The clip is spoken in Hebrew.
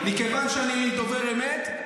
מכיוון שאני דובר אמת,